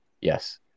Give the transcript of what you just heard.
Yes